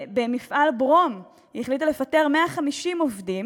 במפעל הברום היא החליטה לפטר 150 עובדים,